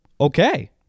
Okay